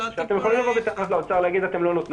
אתם יכולים לבוא בטענות אוצר ולהגיד 'אתם לא נותנים',